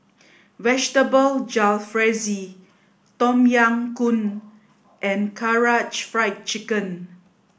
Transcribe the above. Vegetable Jalfrezi Tom Yam Goong and Karaage Fried Chicken